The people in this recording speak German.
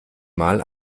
mal